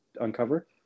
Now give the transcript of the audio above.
uncover